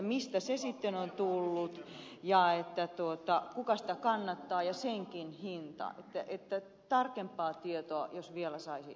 mistä se sitten on tullut ja kuka sitä kannattaa ja mikä on senkin hinta tarkempaa tietoa jos vielä saisi tästä tilanteesta